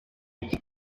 iheruka